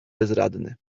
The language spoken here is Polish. bezradny